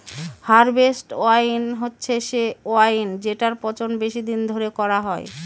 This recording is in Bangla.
হারভেস্ট ওয়াইন হচ্ছে সে ওয়াইন যেটার পচন বেশি দিন ধরে করা হয়